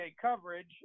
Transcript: coverage